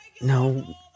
No